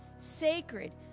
sacred